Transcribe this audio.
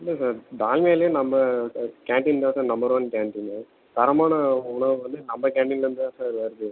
இல்லை சார் டால்மியாவில் நம்ம க கேண்டீன் தான் சார் நம்பர் ஒன் கேண்டீன்னு தரமான உணவு வந்து நம்ப கேண்டீன்லேருந்துதான் சார் வருது